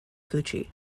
gucci